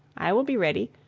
i will be ready.